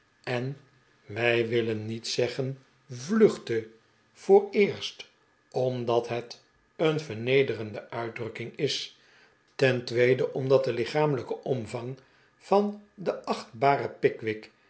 en wij willen niet z'eggen vluchtte vooreerst omdat het een vernederende uitdrukking is ten tweede omdat de lichamelijke omvanp van den achtbaren pickwick